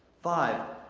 five,